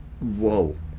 whoa